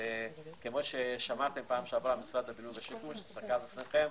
כפי ששמעתם בפעם שעברה ממשרד הבינוי והשיכון שסקר אצלכם,